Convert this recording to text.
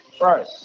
Right